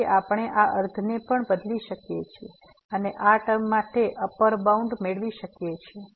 તેથી આપણે આ અર્ધને પણ બદલી શકીએ છીએ અને આ ટર્મ માટે અપર બાઉન્ડ મેળવી શકીએ છીએ